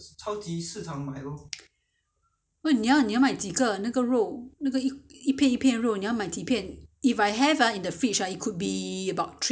你要你要买几个那个肉那个一片一片肉你要买几片 if I have ah in the fridge ah it could be about three pieces and I have three pieces so is it enough